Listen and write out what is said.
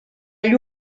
gli